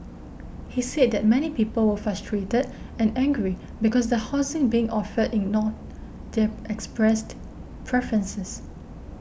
he said that many people were frustrated and angry because the housing being offered ignored their expressed preferences